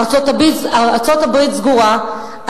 ארצות-הברית סגורה,